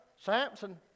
Samson